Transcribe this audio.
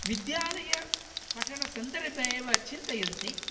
विद्यालयपठनसन्दर्भे एव चिन्तयन्ति